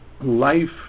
life